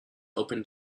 open